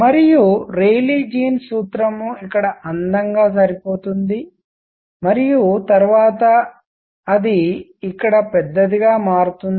మరియు Rayleigh Jeans సూత్రం ఇక్కడ అందంగా సరిపోతుంది మరియు తరువాత అది ఇక్కడ పెద్దదిగా మారుతుంది